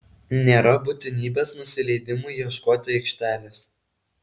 nėra būtinybės nusileidimui ieškoti aikštelės